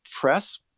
press